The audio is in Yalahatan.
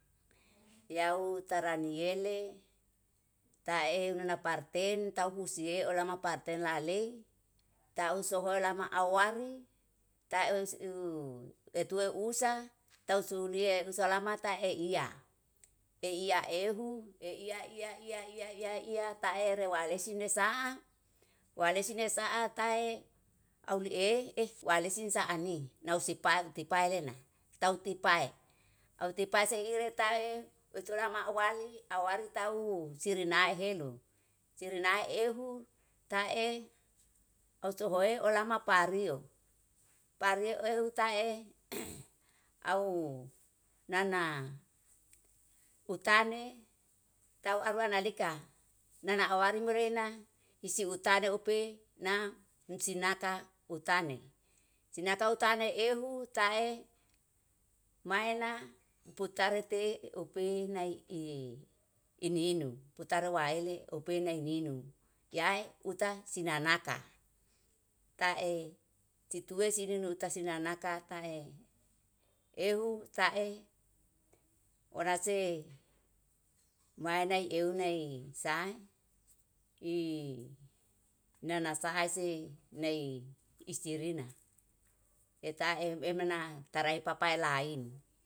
Yau tara ni yele tae ngana parten tahusie olama parten lalei ta usoho lama awari ta etue usa tau su die usala mata e'iya ehu e'iya iya iya iya ta ere walesi nesa, walesi nesa'a tai au lie eh walesin sa ani nau si pai tipai lena tau tipae. Au tipae se ire tae eto lama awali awari tau sirinae helu, sirinae ehu ta'e au sohoe olama pario, pario ehu ta'e au nana utane tau aru ana deka nana awari morena isi utade upe na sinaka utane. Sinaka utane ehu ta'e ma ena putare te ope nai'i ini inu putara waele ope nai ninu yae uta sinanaka. Ka'e situesi ninu utasi nanaka ta'e ehu ta'e orase mai nai eu nai sa nana sahese nai isirina eta'e emana tarae papai lain.